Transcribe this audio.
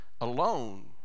alone